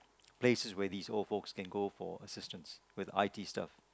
places where this old folks can go for assistance with I_T stuff